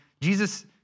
Jesus